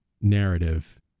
narrative